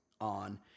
on